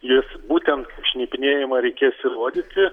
jis būtent šnipinėjimą reikės įrodyti